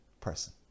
person